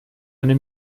eine